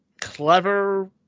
clever